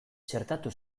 txertatu